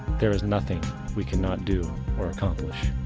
there is nothing we cannot do or accomplish.